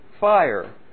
fire